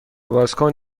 بازکن